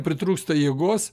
pritrūksta jėgos